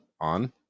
on